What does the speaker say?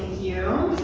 you.